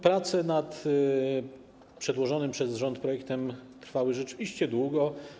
Prace nad przedłożonym przez rząd projektem trwały rzeczywiście długo.